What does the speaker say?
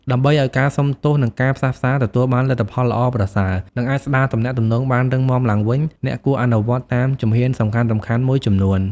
ដើម្បីឱ្យការសុំទោស និងការផ្សះផ្សាទទួលបានលទ្ធផលល្អប្រសើរ និងអាចស្ដារទំនាក់ទំនងបានរឹងមាំឡើងវិញ អ្នកគួរអនុវត្តតាមជំហានសំខាន់ៗមួយចំនួន។